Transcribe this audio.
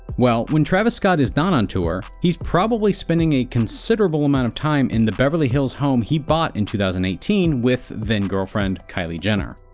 well, when travis scott is not on tour he's probably spending a considerable amount of time in the beverly hills home he bought in two thousand and eighteen with then-girlfriend, kylie jenner.